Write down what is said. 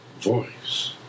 voice